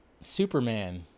Superman